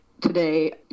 today